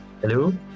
Hello